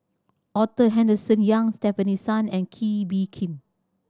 Arthur Henderson Young Stefanie Sun and Kee Bee Khim